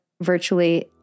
virtually